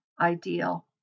ideal